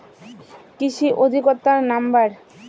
কৃষি অধিকর্তার নাম্বার?